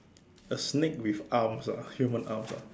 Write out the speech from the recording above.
a snake with arms ah human arms ah